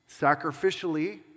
sacrificially